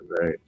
Right